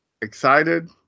Excited